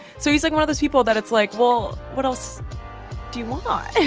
so he's like one of those people that it's like, well, what else do you want?